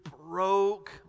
broke